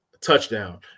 touchdown